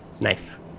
knife